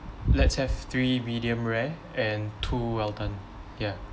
let's have three medium rare and two well done ya